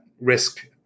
risk